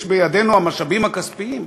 יש בידינו המשאבים הכספיים?